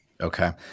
Okay